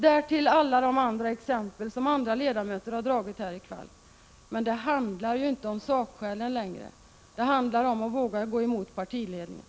Därtill kommer alla exempel på åtgärder som andra ledamöter har redogjort för i debatten. Men det handlar inte längre om sakskälen. Det handlar om att våga gå emot partiledningen.